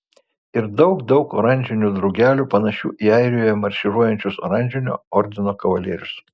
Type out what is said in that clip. ir daug daug oranžinių drugelių panašių į airijoje marširuojančius oranžinio ordino kavalierius